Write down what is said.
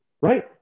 Right